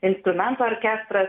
instrumentų orkestras